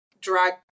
drag